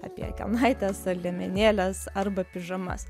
apie kelnaites ar liemenėles arba pižamas